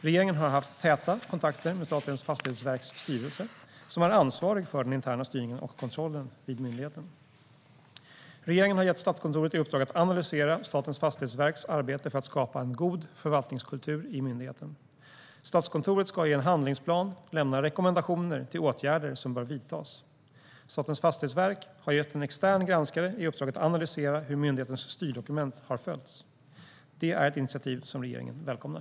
Regeringen har haft täta kontakter med Statens fastighetsverks styrelse, som är ansvarig för den interna styrningen och kontrollen vid myndigheten. Regeringen har gett Statskontoret i uppdrag att analysera Statens fastighetsverks arbete för att skapa en god förvaltningskultur i myndigheten. Statskontoret ska i en handlingsplan lämna rekommendationer till åtgärder som bör vidtas. Statens fastighetsverk har gett en extern granskare i uppdrag att analysera hur myndighetens styrdokument har följts. Det är ett initiativ som regeringen välkomnar.